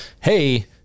hey